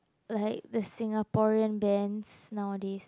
like the Singaporean bands nowadays